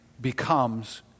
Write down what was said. becomes